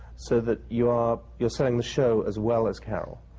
so that you're you're selling the show as well as carol.